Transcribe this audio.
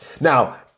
Now